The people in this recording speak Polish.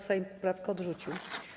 Sejm poprawkę odrzucił.